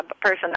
person